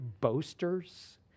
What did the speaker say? boasters